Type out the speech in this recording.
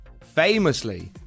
famously